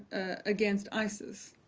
against isis,